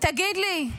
תגיד לי,